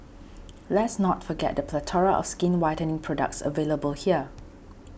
let's not forget the plethora of skin whitening products available here